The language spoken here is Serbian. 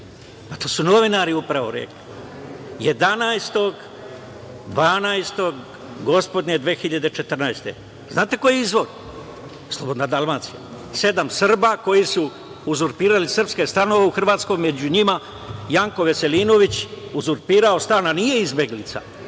to su novinari upravo rekli 11.12. gospodnje 2014. Znate ko je izvor? Slobodna Dalmacija. Sedam Srba koji su uzurpirali srpske stanove u Hrvatskoj i među njima Janko Veselinović uzurpirao stan, a nije izbeglica,